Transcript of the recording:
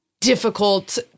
difficult